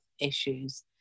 issues